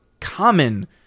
common